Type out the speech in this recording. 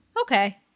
Okay